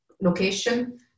location